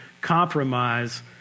compromise